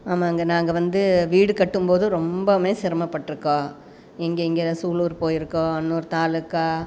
ஆமாங்க நாங்கள் வந்து வீடு கட்டும்போது ரொம்பவுமே சிரமபட்ருக்கோம் இங்கே இங்கே சூலூர் போயிருக்கோம் இன்னொரு தாலுக்கா